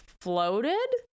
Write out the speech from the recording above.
floated